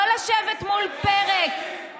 לא לשבת מול פרק,